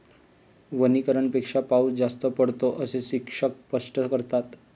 वनीकरणापेक्षा पाऊस जास्त पडतो, असे शिक्षक स्पष्ट करतात